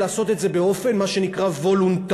לעשות את זה באופן מה שנקרא וולונטרי,